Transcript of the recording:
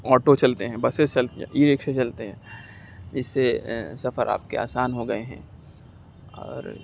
auto چلتے ہیں buses چلتی ہیں ای رکشے چلتے ہیں اس سے سفر آپ کے آسان ہو گئے ہیں اور